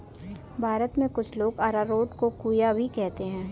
भारत में कुछ लोग अरारोट को कूया भी कहते हैं